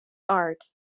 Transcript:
art